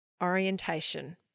orientation